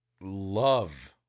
love